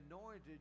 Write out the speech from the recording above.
anointed